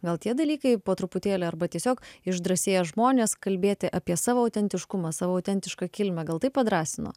gal tie dalykai po truputėlį arba tiesiog išdrąsėję žmonės kalbėti apie savo autentiškumą savo autentišką kilmę gal tai padrąsino